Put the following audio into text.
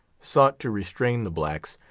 sought to restrain the blacks,